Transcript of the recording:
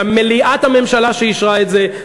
למליאת הממשלה שאישרה את זה,